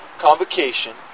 convocation